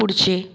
पुढचे